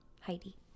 Heidi